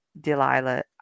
Delilah